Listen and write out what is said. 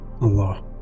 Allah